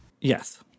Yes